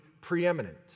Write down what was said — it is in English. preeminent